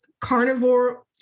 carnivore